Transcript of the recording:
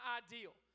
ideal